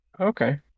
okay